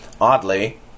Oddly